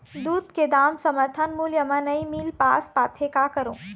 दूध के दाम समर्थन मूल्य म नई मील पास पाथे, का करों?